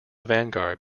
vanguard